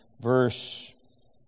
Verse